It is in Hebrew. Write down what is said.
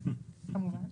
כמובן.